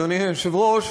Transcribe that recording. אדוני היושב-ראש,